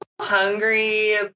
hungry